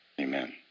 Amen